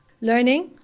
learning